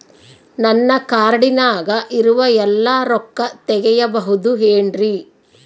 ನನ್ನ ಕಾರ್ಡಿನಾಗ ಇರುವ ಎಲ್ಲಾ ರೊಕ್ಕ ತೆಗೆಯಬಹುದು ಏನ್ರಿ?